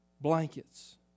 blankets